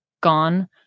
gone